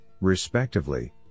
respectively